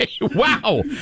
Wow